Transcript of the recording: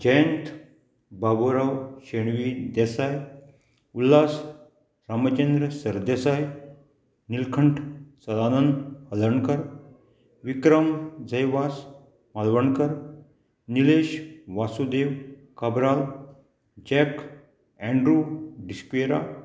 Jayant Baburao Shenvi Desai Ulhas Ramchandra Sardesai Nilkanth Sadanand Halankar Vikram Jaiwas Malvankar Nilesh Vasudev Cabral Jack Andrew डिस्कवेरा